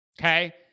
okay